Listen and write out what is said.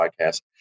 podcast